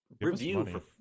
review